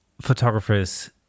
photographers